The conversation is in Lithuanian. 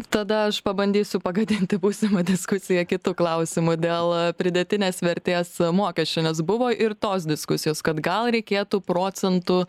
tada aš pabandysiu pagadinti būsimą diskusiją kitu klausimu dėl pridėtinės vertės mokesčio nes buvo ir tos diskusijos kad gal reikėtų procentu